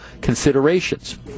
considerations